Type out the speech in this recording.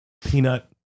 Peanut